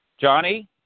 Johnny